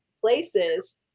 places